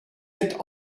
être